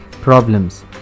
problems